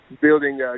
building